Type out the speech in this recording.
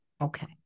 Okay